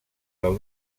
del